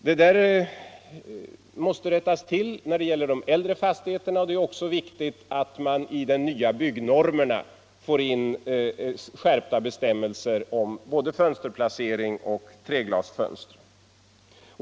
Det där måste rättas till när det gäller de äldre fastigheterna, och det är också viktigt att man i de nya byggnormerna får in skärpta bestämmelser om både fönsterplacering och treglasfönster.